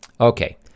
Okay